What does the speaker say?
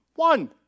one